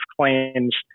claims